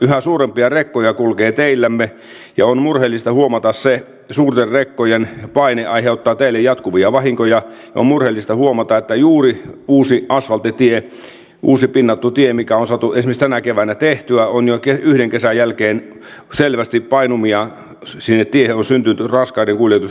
yhä suurempia rekkoja kulkee teillämme ja on murheellista huomata se että suurten rekkojen paine aiheuttaa teille jatkuvia vahinkoja ja on murheellista huomata että juuri uuteen asfalttitiehen uuteen pinnoitettuun tiehen joka on saatu esimerkiksi tänä keväänä tehtyä on jo yhden kesän jälkeen selvästi syntynyt raskaiden kuljetusten takia painumia